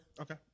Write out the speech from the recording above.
Okay